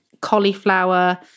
cauliflower